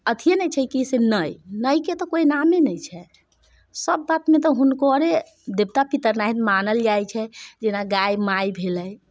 अथिए नहि छै से कि नहि नहि के तऽ कोइ नामे नहि छै सभ बातमे तऽ हुनकरे देवता पितर मानल जाइ छै जेना गाय माय भेलै